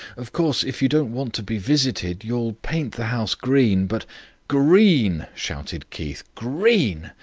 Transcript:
of course, if you don't want to be visited you'll paint the house green, but green! shouted keith. green!